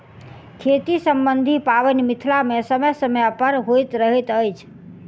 खेती सम्बन्धी पाबैन मिथिला मे समय समय पर होइत रहैत अछि